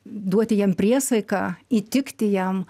duoti jam priesaiką įtikti jam